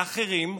לאחרים,